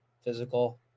physical